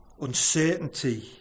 uncertainty